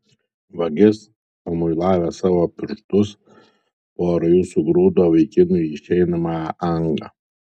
vagis pamuilavęs savo pirštus pora jų sugrūdo vaikinui į išeinamąją angą